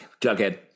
Jughead